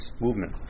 movement